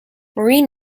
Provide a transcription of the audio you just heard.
marine